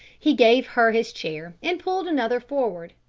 he gave her his chair and pulled another forward.